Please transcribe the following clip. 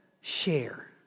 share